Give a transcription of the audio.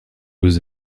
was